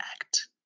act